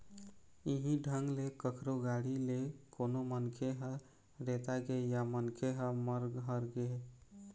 इहीं ढंग ले कखरो गाड़ी ले कोनो मनखे ह रेतागे या मनखे ह मर हर गे